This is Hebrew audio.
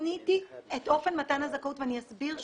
שיניתי את אופן מתן הזכאות, ואני אסביר שוב.